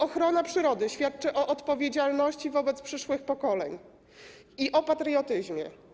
Ochrona przyrody świadczy o odpowiedzialności wobec przyszłych pokoleń i o patriotyzmie.